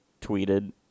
tweeted